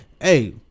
hey